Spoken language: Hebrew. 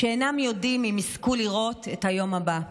שאינם יודעים אם יזכו לראות את היום הבא,